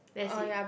that's it